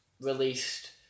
released